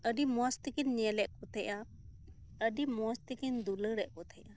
ᱟᱰᱤ ᱢᱚᱸᱡᱽ ᱛᱮᱠᱤᱱ ᱧᱮᱞᱮᱫ ᱠᱚ ᱛᱟᱦᱮᱱᱟ ᱟᱰᱤ ᱢᱚᱸᱡᱽ ᱛᱮᱠᱤᱱ ᱫᱩᱞᱟᱹᱲᱮᱫ ᱠᱚ ᱛᱟᱦᱮᱱᱟ